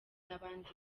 n’abandi